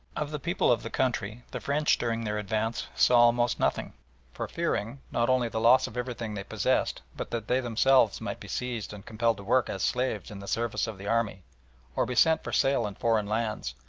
of the people of the country the french during their advance saw almost nothing for fearing, not only the loss of everything they possessed, but that they themselves might be seized and compelled to work as slaves in the service of the army or be sent for sale in foreign lands,